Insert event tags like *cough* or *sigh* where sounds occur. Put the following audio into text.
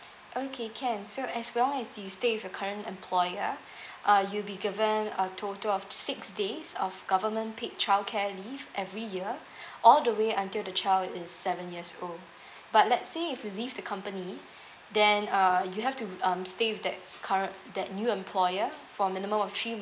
okay can so as long as you stay with your current employer *breath* uh you'll be given a total of six days of government paid childcare leave every year all the way until the child is seven years old but let's say if you leave the company then uh you have to um stay with that current that new employer for a minimum of three